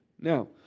Now